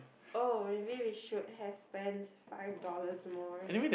oh maybe we should have spent five dollars more